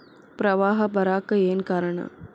ಪ್ರವಾಹ ಬರಾಕ್ ಏನ್ ಕಾರಣ?